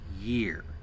year